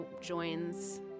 joins